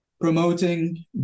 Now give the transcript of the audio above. promoting